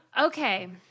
okay